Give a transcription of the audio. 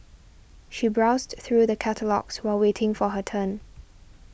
she browsed through the catalogues while waiting for her turn